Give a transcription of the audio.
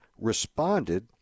responded